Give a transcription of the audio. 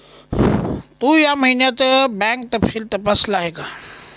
तू या महिन्याचं बँक तपशील तपासल आहे का?